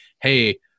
Hey